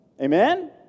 Amen